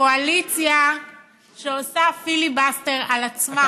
קואליציה שעושה פיליבסטר על עצמה,